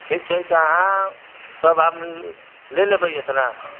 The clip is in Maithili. ठीक छै तऽ अहाँ सब आम ले लेबै एतना